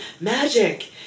magic